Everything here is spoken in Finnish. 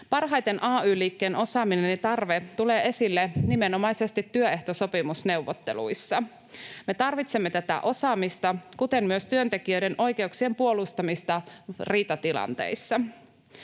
Parhaiten ay-liikkeen osaaminen ja tarve tulevat esille nimenomaisesti työehtosopimusneuvotteluissa. Me tarvitsemme tätä osaamista, kuten myös työntekijöiden oikeuksien puolustamista riitatilanteissa.